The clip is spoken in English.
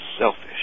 selfish